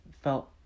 felt